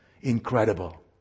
Incredible